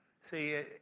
See